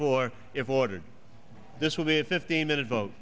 four if watered this will be at fifteen minute vote